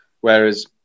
whereas